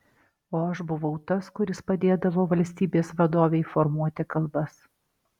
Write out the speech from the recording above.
o aš buvau tas kuris padėdavo valstybės vadovei formuoti kalbas